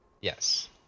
Yes